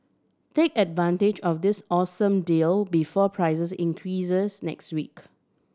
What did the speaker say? take advantage of this awesome deal before prices increases next week